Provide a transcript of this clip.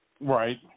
Right